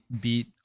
beat